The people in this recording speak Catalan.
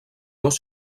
dos